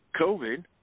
COVID